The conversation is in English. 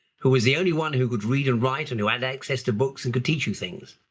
who was the only one who could read and write and who had access to books and could teach you things.